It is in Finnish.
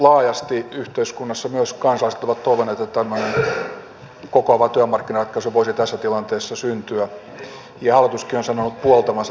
laajasti yhteiskunnassa myös kansalaiset ovat toivoneet että tämmöinen kokoava työmarkkinaratkaisu voisi tässä tilanteessa syntyä ja hallituskin on sanonut puoltavansa tätä vaihtoehtoa